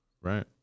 right